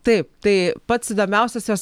taip tai pats įdomiausias jos